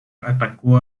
atacó